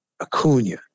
Acuna